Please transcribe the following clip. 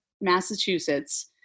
Massachusetts